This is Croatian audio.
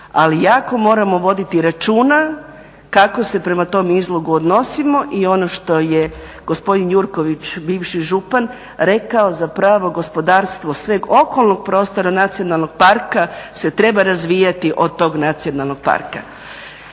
Ali jako moramo voditi računa kako se prema tom izlogu odnosimo. I ono što je gospodin Jurković bivši župan rekao za pravo gospodarstvo sveg okolnog prostora nacionalnog parka se treba razvijati od tog nacionalnog parka.